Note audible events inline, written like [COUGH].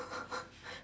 [LAUGHS]